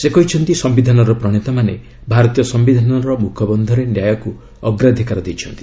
ସେ କହିଛନ୍ତି ସିୟିଧାନର ପ୍ରଣେତାମାନେ ଭାରତୀୟ ସମ୍ଭିଧାନର ମୁଖବନ୍ଧରେ ନ୍ୟାୟକୁ ଅଗ୍ରାଧିକାର ଦେଇଛନ୍ତି